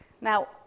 Now